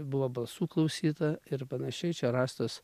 buvo balsų klausyta ir panašiai čia rastos